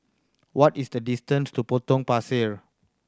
what is the distance to Potong Pasir